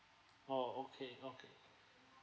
oh okay okay